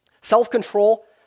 Self-control